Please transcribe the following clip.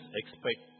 expect